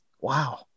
Wow